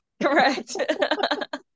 Correct